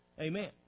Amen